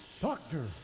Doctor